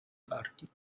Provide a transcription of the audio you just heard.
parti